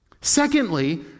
Secondly